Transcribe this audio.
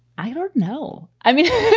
i don't know. i mean,